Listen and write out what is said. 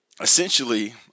essentially